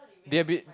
they've been